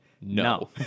no